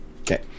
Okay